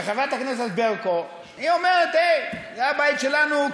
חברת הכנסת ברקו אומרת: זה הבית שלנו,